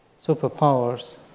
superpowers